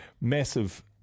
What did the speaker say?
Massive